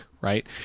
right